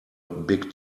big